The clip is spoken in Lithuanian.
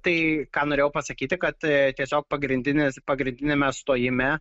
tai ką norėjau pasakyti kad tiesiog pagrindinis pagrindiniame stojime